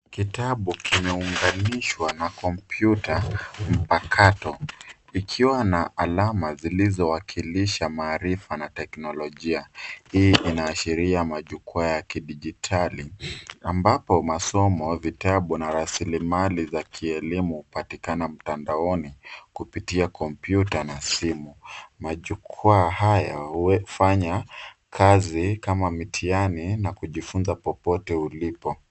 Kitabu kimeunganishwa na kompyuta mpakato ikiwa na alama zilizowakilisha maarifa na teknolojia. Hii inaashiria majukwaa ya kidijitali ambapo masomo, vitabu na rasilimali za kielimu hupatikana mtandaoni kupitia kompyuta na simu. Majukwaa haya hufanya kazi kama mtihani na kujifunza popote ulipo.